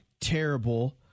terrible